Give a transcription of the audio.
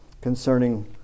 concerning